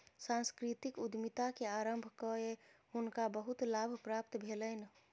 सांस्कृतिक उद्यमिता के आरम्भ कय हुनका बहुत लाभ प्राप्त भेलैन